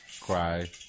cry